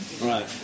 Right